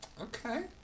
Okay